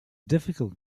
difficult